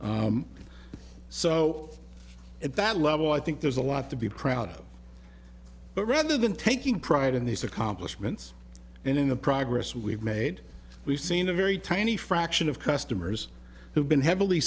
shape so at that level i think there's a lot to be proud of but rather than taking pride in these accomplishments and in the progress we've made we've seen a very tiny fraction of customers who've been heavily